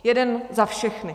Jeden za všechny.